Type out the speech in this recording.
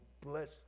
bless